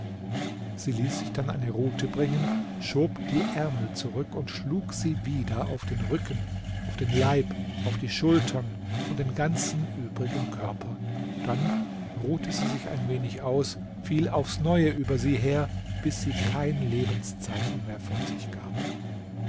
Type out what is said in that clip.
sie ließ sich dann eine rute bringen schob die ärmel zurück und schlug sie wieder auf den rücken auf den leib auf die schultern und den ganzen übrigen körper dann ruhte sie sich ein wenig aus fiel aufs neue über sie her bis sie kein lebenszeichen mehr von sich gab